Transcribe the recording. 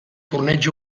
torneig